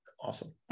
awesome